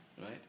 Right